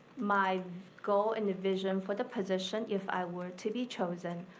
my goal and the vision for the position, if i were to be chosen,